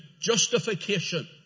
justification